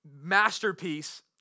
masterpiece